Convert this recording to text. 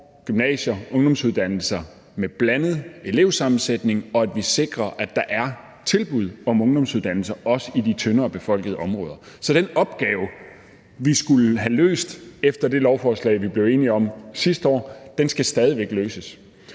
gymnasier og ungdomsuddannelser med blandet elevsammensætning, og at vi sikrer, at der er tilbud om ungdomsuddannelser også i de tyndere befolkede områder. Så den opgave, vi skulle have løst efter det lovforslag, vi blev enige om sidste år, skal stadig væk løses.